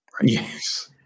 Yes